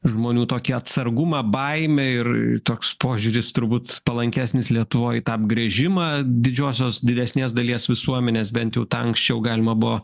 žmonių tokį atsargumą baimę ir toks požiūris turbūt palankesnis lietuvoj tą apgręžimą didžiosios didesnės dalies visuomenės bent jau tą anksčiau galima buvo